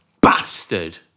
bastard